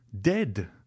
Dead